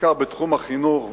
בעיקר בתחום החינוך,